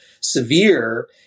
Severe